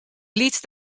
lyts